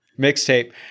mixtape